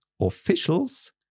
Officials